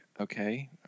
okay